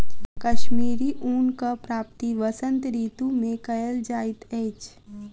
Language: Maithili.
कश्मीरी ऊनक प्राप्ति वसंत ऋतू मे कयल जाइत अछि